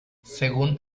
según